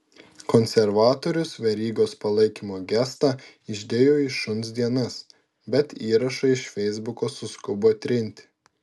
konservatorius verygos palaikymo gestą išdėjo į šuns dienas bet įrašą iš feisbuko suskubo trinti